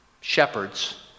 shepherds